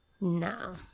No